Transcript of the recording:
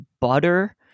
butter